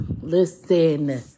listen